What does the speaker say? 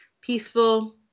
peaceful